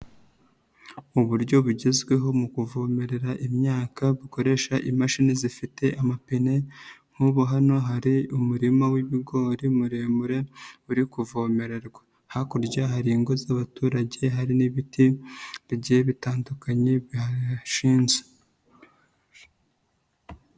Mu buryo bugezweho mu kuvomerera imyaka bukoresha imashini zifite amapine nk'ubu hano hari umurima w'ibigori muremure uri kuvomererwa, hakurya hari ingo z'abaturage hari n'ibiti bigiye bitandukanye bihashinze.